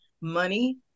money